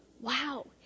Wow